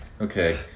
Okay